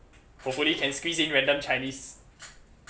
hopefully can squeeze in random chinese